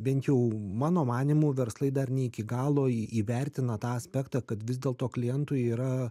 bent jau mano manymu verslai dar ne iki galo įvertina tą aspektą kad vis dėlto klientui yra